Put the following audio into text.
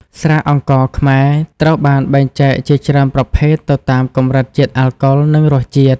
ស្រាអង្ករខ្មែរ ត្រូវបានបែងចែកជាច្រើនប្រភេទទៅតាមកម្រិតជាតិអាល់កុល និងរសជាតិ។